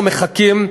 אנחנו מחכים,